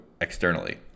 externally